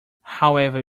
however